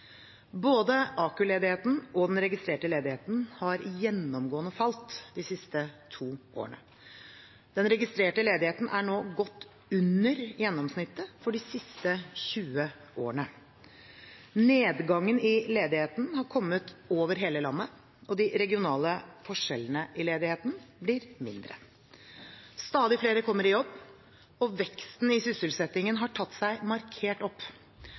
Både AKU-ledigheten og den registrerte ledigheten har gjennomgående falt de siste to årene. Den registrerte ledigheten er nå godt under gjennomsnittet for de siste 20 årene. Nedgangen i ledigheten har kommet over hele landet, og de regionale forskjellene i ledigheten blir mindre. Stadig flere kommer i jobb, og veksten i sysselsettingen har tatt seg markert opp.